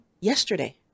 yesterday